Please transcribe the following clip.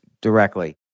directly